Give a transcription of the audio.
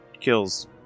kills